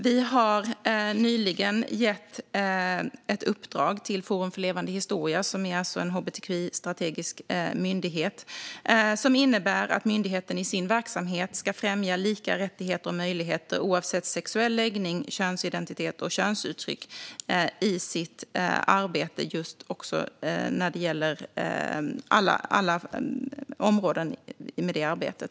Vi har nyligen gett ett uppdrag till Forum för levande historia - som alltså är en hbtqi-strategisk myndighet - som innebär att myndigheten i sin verksamhet ska främja lika rättigheter och möjligheter oavsett sexuell läggning, könsidentitet och könsuttryck, och det gäller alla områden i myndighetens arbete.